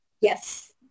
Yes